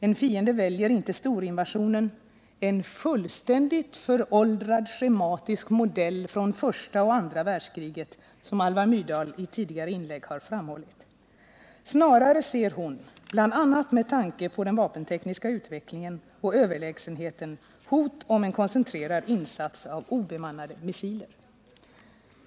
En fiende väljer inte storinvasionen — ”en fullständigt föråldrad schematisk modell från första och andra världskriget” — som Alva Myrdal i tidigare inlägg har framhållit. Snarare ser hon — bl.a. med tanke på den vapentekniska utvecklingen och överlägsenheten — hot om en koncentrerad insats av obemannade misiler.